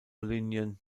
linjen